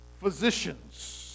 Physicians